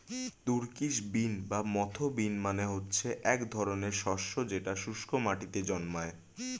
Turkish bean বা moth bean মানে হচ্ছে এক ধরনের শস্য যেটা শুস্ক মাটিতে জন্মায়